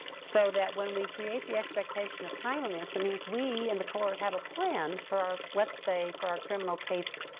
so that when we create the expectation of timeliness, it means we in the court have a plan for, let's say, for our criminal case